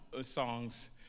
songs